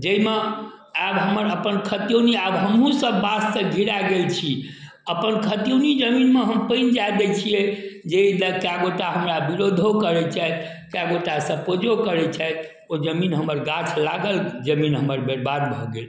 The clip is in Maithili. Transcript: जाहिमे आब हमर अपन खतौनी आब हमहूँसभ वाससँ घेरा गेल छी अपन खतौनी जमीनमे हम पानि जाए दै छिए जे एहिलए कएक गोटा हमरा विरोधो करै छथि कएक गोटा सपोर्टो करै छथि ओ जमीन हमर गाछ लागल जमीन हमर बरबाद भऽ गेल